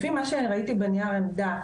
לפי מה שאני ראיתי בנייר העמדה,